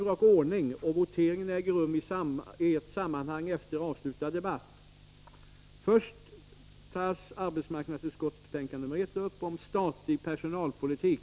Först upptas alltså arbetsmarknadsutskottets betänkande 1 om statlig personalpolitik.